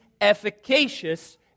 efficacious